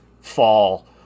fall